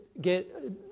get